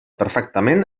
perfectament